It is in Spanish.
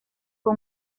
fue